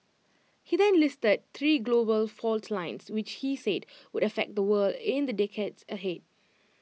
he then listed three global fault lines which he said would affect the world in the decades ahead